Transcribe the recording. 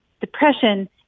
depression